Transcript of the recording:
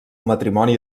matrimoni